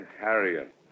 Harriet